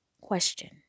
question